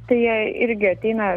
tai jie irgi ateina